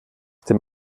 dem